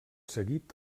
seguit